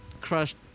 Crushed